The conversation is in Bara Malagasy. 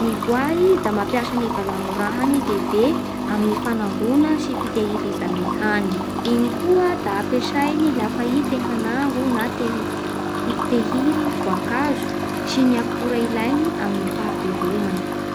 Ny voay da mampiasa ny valagnorahany lehibe amin'ny fanangona sy fitehiriza ny hany. Igny koa da ampiasainy lafa i te hanango na te hi- hitehiry voankazo sy ny akora ilainy amin'ny fahavelomany.